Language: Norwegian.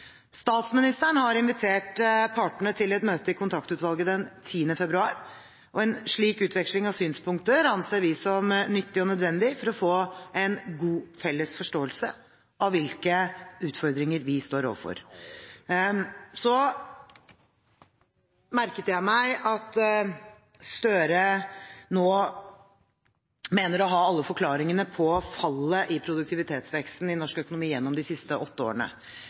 Statsministeren har invitert partene til et møte i Kontaktutvalget den 10. februar, og en slik utveksling av synspunkter anser vi som nyttig og nødvendig for å få en god, felles forståelse av hvilke utfordringer vi står overfor. Så merket jeg meg at Gahr Støre nå mener å ha alle forklaringene på fallet i produktivitetsveksten i norsk økonomi gjennom de siste åtte årene.